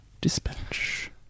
Dispatch